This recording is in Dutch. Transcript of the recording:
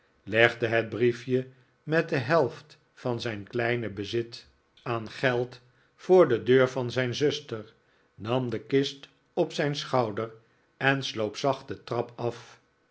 droomde van zijn vroegere thuis geld voor de deur van zijn zuster nam de kist op zijn schouder en sloop zacht de trap af